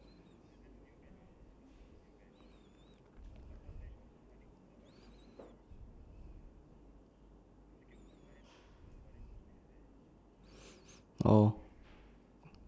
oh